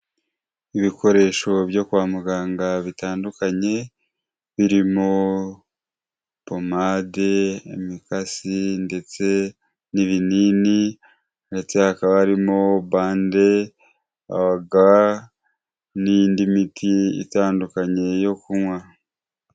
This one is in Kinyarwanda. Ibikoresho byo kwa muganga bitandukanye birimo pomade, imikasi ndetse n'ibinini ndetse hakaba harimo bande, ga n'indi miti itandukanye yo kunywa.